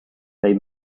they